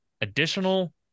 additional